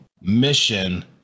mission